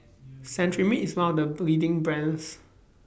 Cetrimide IS one of The leading brands